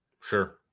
Sure